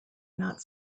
not